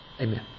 Amen